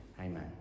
Amen